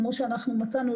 כפי שאנחנו מצאנו,